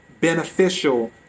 beneficial